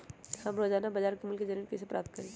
हम रोजाना बाजार मूल्य के जानकारी कईसे पता करी?